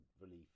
relief